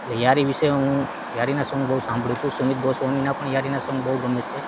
એટલે યારી વિશે હું યારીના સોંગ બહુ સાંભળું છું સુમિત ગોસ્વામીના પણ યારીના સોંગ બહુ ગમે છે